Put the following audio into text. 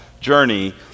journey